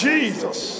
Jesus